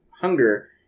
hunger